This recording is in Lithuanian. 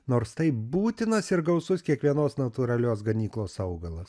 nors taip būtinas ir gausus kiekvienos natūralios ganyklos augalas